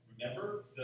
Remember